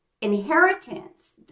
inheritance